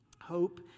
Hope